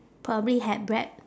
probably have bread